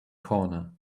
corner